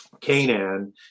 Canaan